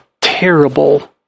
terrible